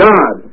God